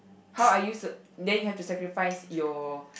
how are you s~ then you have to sacrifice your